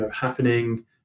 happening